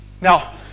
Now